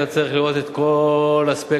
אתה צריך לראות את כל הספקטרום.